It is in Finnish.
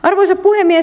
arvoisa puhemies